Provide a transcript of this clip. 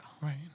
Right